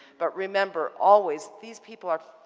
but remember, always, these people are,